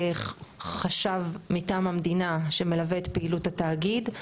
חשב מטעם המדינה שמלווה את פעילות התאגיד.